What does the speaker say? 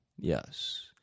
Yes